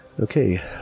Okay